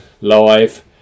live